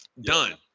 Done